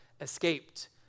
escaped